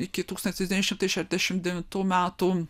iki tūkstantis devyni šimtai šešiasdešimt devintų metų